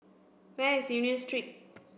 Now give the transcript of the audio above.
where is Union Street